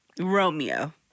Romeo